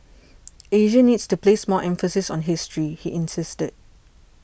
asia needs to place more emphasis on history he insisted